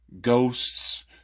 Ghosts